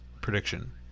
prediction